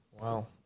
Wow